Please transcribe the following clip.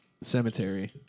cemetery